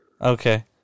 Okay